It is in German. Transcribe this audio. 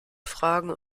fragen